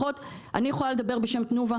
אני יכולה לדבר בשם תנובה,